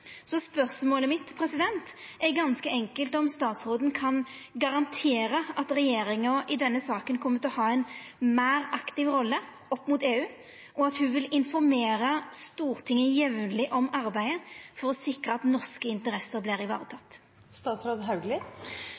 Så spørsmålet mitt er ganske enkelt om statsråden kan garantera at regjeringa i denne saka kjem til å ha ein meir aktiv rolle opp mot EU, og at ho vil informera Stortinget jamleg om arbeidet for å sikra at norske interesser